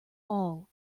all